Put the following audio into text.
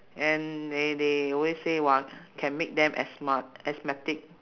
and they they always say [what] can make them asthma asthmatic